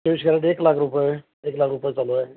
तेवीस कॅरेट एक लाख रुपये एक लाख रुपये चालू आहे